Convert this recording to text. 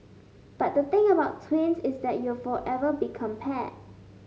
but the thing about twins is that you'll forever be compared